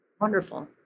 wonderful